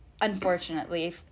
unfortunately